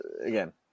Again